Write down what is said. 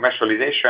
commercialization